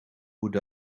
would